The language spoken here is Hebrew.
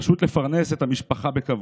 פשוט לפרנס את המשפחה בכבוד,